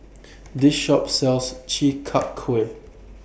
This Shop sells Chi Kak Kuih